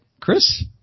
Chris